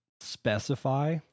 specify